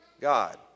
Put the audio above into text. God